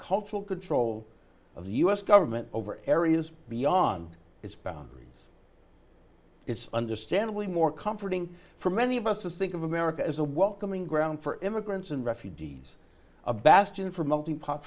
cultural control of the u s government over areas beyond its boundaries it's understandably more comforting for many of us to think of america as a welcoming ground for immigrants and refugees a bastion for melting po